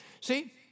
See